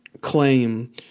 claim